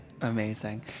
Amazing